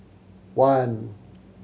one